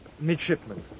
midshipman